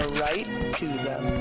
right to them.